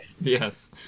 Yes